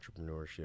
entrepreneurship